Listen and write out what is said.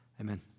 Amen